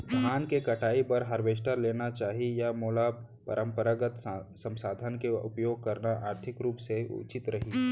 धान के कटाई बर हारवेस्टर लेना चाही या मोला परम्परागत संसाधन के उपयोग करना आर्थिक रूप से उचित रही?